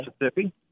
Mississippi